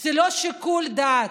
זה לא שיקול דעת,